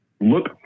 look